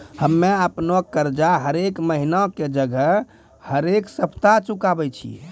हम्मे अपनो कर्जा हरेक महिना के जगह हरेक सप्ताह चुकाबै छियै